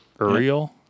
Ariel